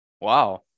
wow